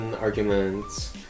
arguments